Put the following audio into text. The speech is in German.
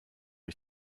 ich